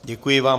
Děkuji vám.